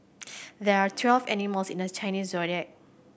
there are twelve animals in the Chinese Zodiac